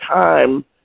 time